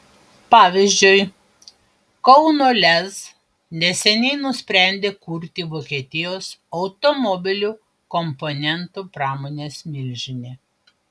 pavyzdžiui kauno lez neseniai nusprendė kurti vokietijos automobilių komponentų pramonės milžinė